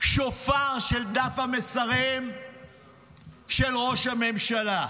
שופר של דף המסרים של ראש הממשלה.